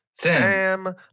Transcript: Sam